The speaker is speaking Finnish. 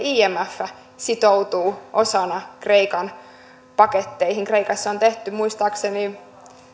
imf sitoutuu osaltaan kreikan paketteihin kreikassa on tehty muistaakseni